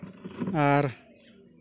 ᱟᱨ